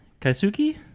Kaisuki